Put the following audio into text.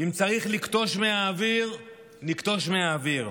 אם צריך לכתוש מהאוויר, נכתוש מהאוויר.